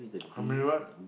how many what